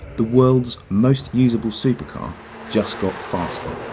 the world's most usable super car just got faster,